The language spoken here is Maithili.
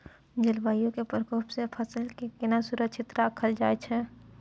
जलवायु के प्रकोप से फसल के केना सुरक्षित राखल जाय छै?